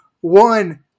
one